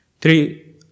three